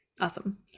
awesome